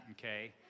okay